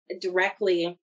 directly